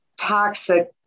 toxic